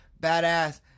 badass